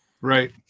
Right